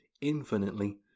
infinitely